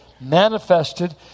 manifested